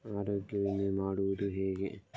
ಆರೋಗ್ಯ ವಿಮೆ ಮಾಡುವುದು ಹೇಗೆ?